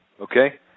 okay